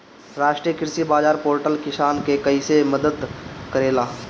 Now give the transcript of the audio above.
राष्ट्रीय कृषि बाजार पोर्टल किसान के कइसे मदद करेला?